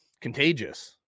contagious